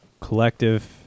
collective